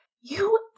You